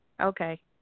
Okay